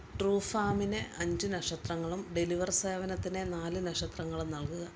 true ഫാമിനു അഞ്ച് നക്ഷത്രങ്ങളും ഡെലിവർ സേവനത്തിനു നാല് നക്ഷത്രങ്ങളും നൽകുക